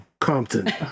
Compton